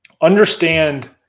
understand